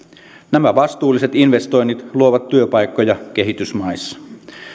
nämä vastuulliset investoinnit luovat työpaikkoja kehitysmaissa